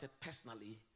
personally